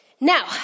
Now